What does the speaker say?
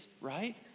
right